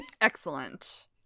Excellent